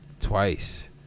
Twice